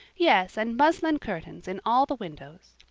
yes, and muslin curtains in all the windows.